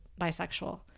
bisexual